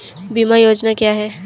बीमा योजना क्या है?